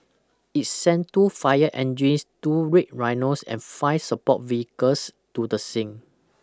it sent two fire engines two Red Rhinos and five support vehicles to the scene